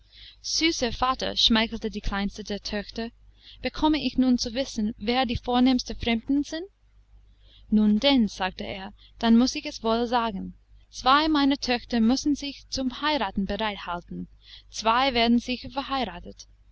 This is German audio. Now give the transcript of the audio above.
süßer vater schmeichelte die kleinste der töchter bekomme ich nun zu wissen wer die vornehmsten fremden sind nun denn sagte er dann muß ich es wohl sagen zwei meiner töchter müssen sich zum heiraten bereit halten zwei werden sicher verheiratet